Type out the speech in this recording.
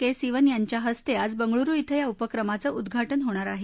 के सिवन यांच्या हस्ते आज बंगळुरू िंग या उपक्रमाचं उद्घाटन होणार आहे